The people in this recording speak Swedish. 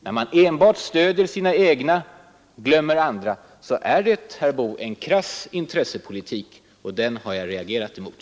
När man enbart stöder sina egna och glömmer andra är det, herr Boo, en krass intressepolitik, och den har jag reagerat mot.